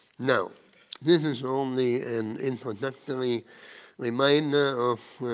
now this is only an introductory reminder of